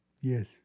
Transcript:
Yes